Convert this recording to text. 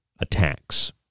attacks